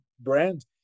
brand